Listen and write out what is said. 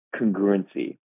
congruency